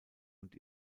und